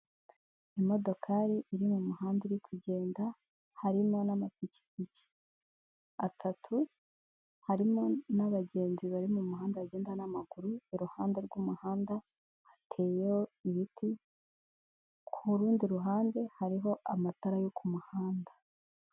Imodokari iri mu muhanda iri kugenda, harimo n'amapikipiki atatu, harimo n'abagenzi bari mu muhanda bagenda n'amaguru, iruhande rw'umuhanda hateyeho ibiti, ku rundi ruhande hariho amatara yo ku muhanda.